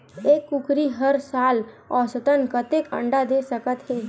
एक कुकरी हर साल औसतन कतेक अंडा दे सकत हे?